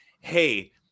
hey